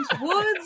Woods